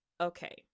Okay